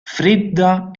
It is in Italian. fredda